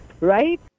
right